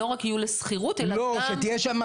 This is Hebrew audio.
לא רק יהיו לשכירות אלא גם לתמיכה.